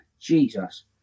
Jesus